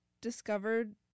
discovered